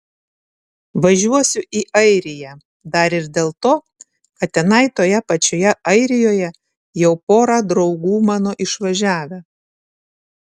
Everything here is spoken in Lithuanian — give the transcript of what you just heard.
važiuosiu į airiją dar ir dėl to kad tenai toje pačioje airijoje jau pora draugų mano išvažiavę